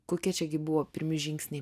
kokie čia gi buvo pirmi žingsniai